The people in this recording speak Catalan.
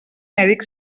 mèdic